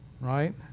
Right